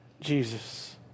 Jesus